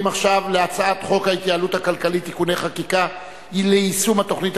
עכשיו להצעת חוק ההתייעלות הכלכלית (תיקוני חקיקה ליישום התוכנית